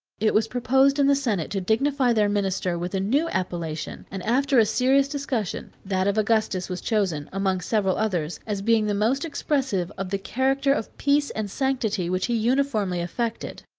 it was proposed in the senate to dignify their minister with a new appellation and after a serious discussion, that of augustus was chosen, among several others, as being the most expressive of the character of peace and sanctity, which he uniformly affected.